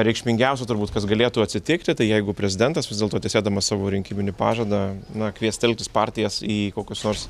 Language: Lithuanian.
reikšmingiausia turbūt kas galėtų atsitikti tai jeigu prezidentas vis dėlto tesėdamas savo rinkiminį pažadą kvies telktis partijas į kokius nors